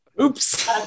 Oops